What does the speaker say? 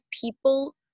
people